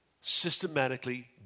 systematically